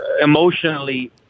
emotionally